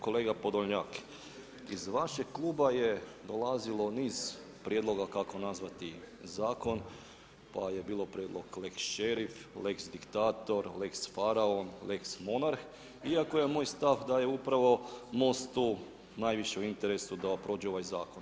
Kolega Podolnjak iz vašeg kluba je dolazilo niz prijedloga kako nazvati zakon pa je bio prijedlog lex šerif, lex diktator, lex faraon, lex monarh iako je moj stav da je upravo MOST tu najviše u interesu da prođe ovaj zakon.